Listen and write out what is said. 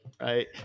Right